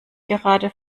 gerade